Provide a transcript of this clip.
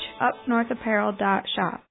upnorthapparel.shop